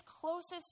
closest